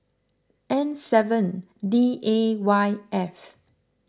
N seven D A Y F